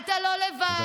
אתה לא לבד.